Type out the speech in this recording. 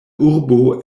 urbo